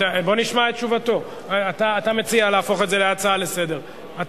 אתה מציע להפוך את זה להצעה לסדר-היום.